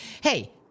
Hey